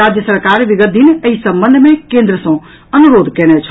राज्य सरकार विगत दिन एहि संबंध मे केंद्र सँ अनुरोध कयने छल